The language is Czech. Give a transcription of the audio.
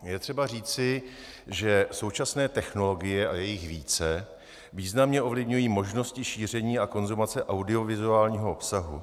Je třeba říci, že současné technologie, a je jich více, významně ovlivňují možnosti šíření a konzumace audiovizuálního obsahu.